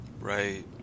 Right